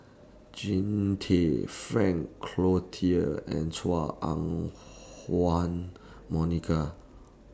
Jean Tay Frank Cloutier and Chua Monica